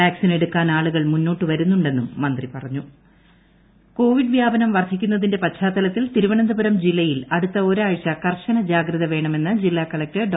vaccine എടുക്കാൻ ആളുകൾ മുന്നോട്ട് വരുന്നുണ്ടെന്നും മൂന്ത്രി പറഞ്ഞു തിരുവനന്തപുരം കളക്ട്ടർ കോവിഡ് കോവിഡ് വ്യാപനം വർധിക്കുന്നതിന്റെ പശ്ചാത്തലത്തിൽ തിരുവനന്തപുരം ജില്ലയിൽ അടുത്ത ഒരാഴ്ച കർശന ജാഗ്രത വേണമെന്നു ജില്ലാ കളക്ടർ ഡോ